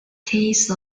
case